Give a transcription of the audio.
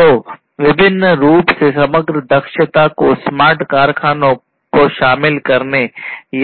तो विभिन्न रूप से समग्र दक्षता को स्मार्ट कारखानों को शामिल करने